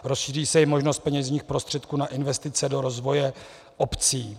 Rozšíří se i možnost peněžních prostředků na investice do rozvoje obcí.